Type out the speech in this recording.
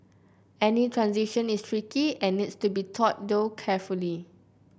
any transition is tricky and needs to be thought through carefully